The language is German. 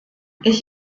ich